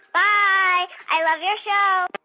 bye. i love your show